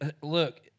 look